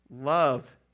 Love